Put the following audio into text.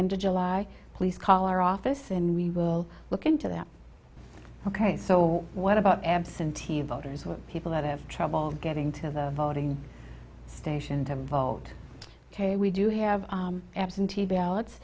end of july please call our office and we will look into that ok so what about absentee voters who are people that have trouble getting to the voting station to vote ok we do have absentee ballots